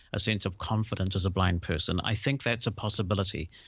a sense of confidence as a blind person, i think that's a possibility.